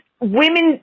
women